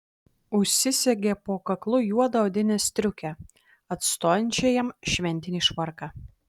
užsisegė po kaklu juodą odinę striukę atstojančią jam šventinį švarką